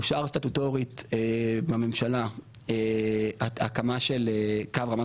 אושר סטטוטורית בממשלה הקמה של קו רמת